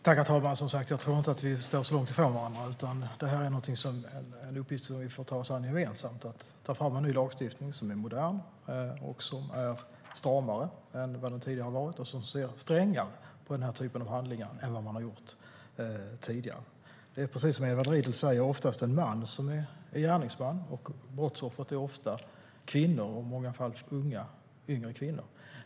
Herr talman! Jag tror inte att vi står särskilt långt ifrån varandra. Det är en uppgift som vi får ta oss an gemensamt. Det handlar om att ta fram en ny lagstiftning som är modern och stramare och som ser strängare på den typen av handlingar än den tidigare. Det är, som Edward Riedl säger, oftast en man som är gärningsman, och brottsoffret är oftast kvinna, i många fall en yngre kvinna.